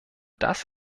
das